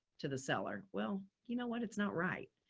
to the seller. well, you know what, it's not right.